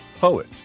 poet